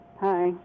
Hi